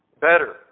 Better